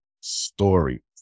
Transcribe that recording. story